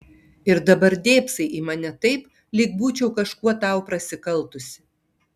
ir dabar dėbsai į mane taip lyg būčiau kažkuo tau prasikaltusi